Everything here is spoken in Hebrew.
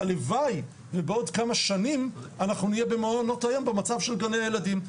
הלוואי שבעוד כמה שנים אנחנו נהיה במעונות היום במצב של גני ילדים.